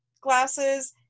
glasses